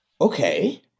Okay